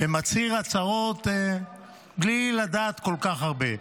ומצהיר הצהרות בלי לדעת כל כך הרבה.